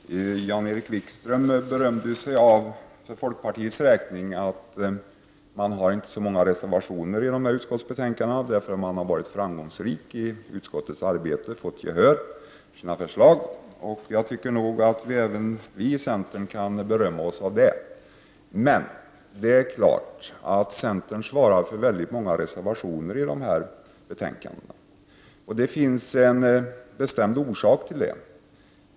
Herr talman! Jan-Erik Wikström berömde sig för folkpartisternas räkning av att de inte har så många reservationer i dessa två betänkanden, då de har varit framgångsrika i utskottsarbetet och har fått gehör för sina förslag. Jag tycker nog att även vi i centern kan berömma oss av detta. Men det är klart att centern svarar för många reservationer i dessa betänkanden. Det finns en bestämd orsak till detta.